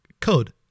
code